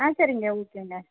ஆ சரிங்க ஓகேங்க